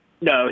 No